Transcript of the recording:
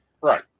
Right